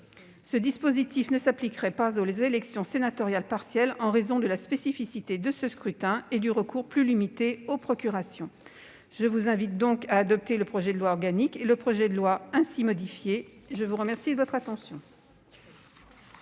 Ce dispositif ne s'appliquerait pas aux élections sénatoriales partielles, en raison de la spécificité de ce scrutin et du recours plus limité aux procurations. Je vous invite, mes chers collègues, à adopter le projet de loi organique et le projet de loi ainsi modifiés. Madame la ministre, mes